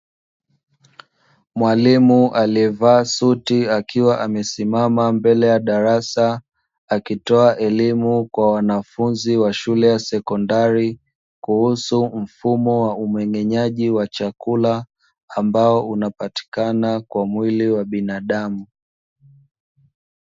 Mwalimu aliyevaa suti, akiwa amesimama mbele ya darasa, akitoa elimu kwa wanafunzi wa shule ya sekondari kuhusu mfumo wa umeng'enyaji wa chakula ambao unapatikana kwa mwili wa binadamu.